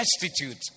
destitute